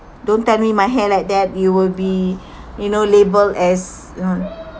don't tell me my hair like that you will be you know labelled as on